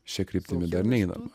šia kryptimi dar neinam